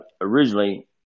Originally